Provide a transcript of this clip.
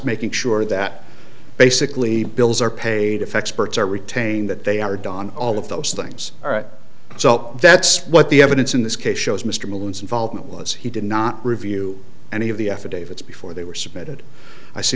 making sure that basically bills are paid if experts are retained that they are done all of those things so that's what the evidence in this case shows mr moon's involvement was he did not review any of the affidavits before they were submitted i see